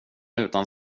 utan